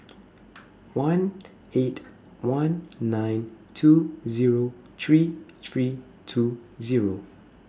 one eight one nine two Zero three three two Zero